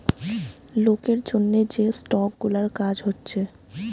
লোকের জন্যে যে স্টক গুলার কাজ হচ্ছে